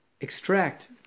extract